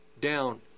down